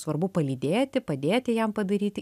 svarbu palydėti padėti jam padaryti